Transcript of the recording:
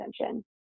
attention